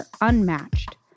unmatched